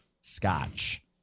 Scotch